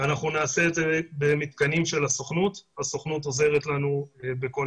אנחנו נעשה את זה במתקני הסוכנות שעוזרת לנו בכל